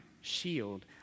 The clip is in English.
shield